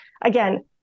again